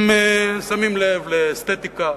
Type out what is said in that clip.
הם שמים לב לאסתטיקה,